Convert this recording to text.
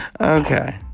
Okay